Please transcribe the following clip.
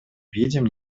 видим